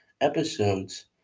episodes